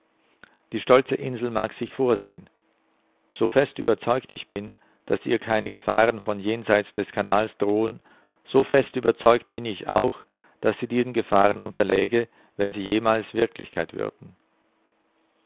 die stolze insel mag sich vorsehn so fest überzeugt ich bin daß ihr keine gefahren von jenseits des kanals drohen so fest überzeugt bin ich auch daß sie diesen gefahren unterläge wenn sie jemals wirklichkeit